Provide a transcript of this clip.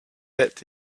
bed